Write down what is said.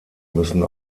müssen